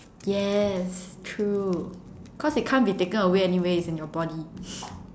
yes true cause it can't be taken anyway it's in your body